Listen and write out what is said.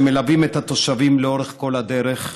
שמלווים את התושבים לאורך כל הדרך,